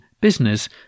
business